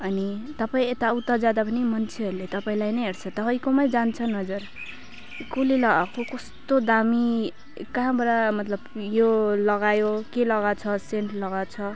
अनि तपाईँ यता उता जाँदा पनि मान्छेहरूले तपाईँलाई नै हेर्छ तपाईँकोमा जान्छ नजर कसले लगाएको कस्तो दामी कहाँबाट मतलब यो लगायो के लगाएको छ सेन्ट लगाएको छ